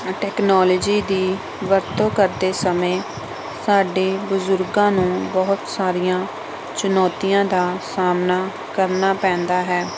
technology ਦੀ ਵਰਤੋਂ ਕਰਦੇ ਸਮੇਂ ਸਾਡੇ ਬਜੁਰਗਾਂ ਨੂੰ ਬਹੁਤ ਸਾਰੀਆਂ ਚੁਣੌਤੀਆਂ ਦਾ ਸਾਹਮਣਾ ਕਰਨਾ ਪੈਂਦਾ ਹੈ